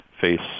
face